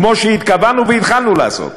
כמו שהתכוונו והתחלנו לעשות.